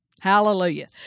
Hallelujah